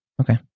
Okay